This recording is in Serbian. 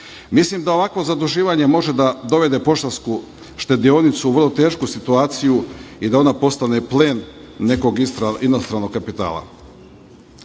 Mislim da ovakvo zaduživanje može da dovede Poštansku štedionicu u vrlo tešku situaciju i da ona postane plen nekog inostranog kapitala. Država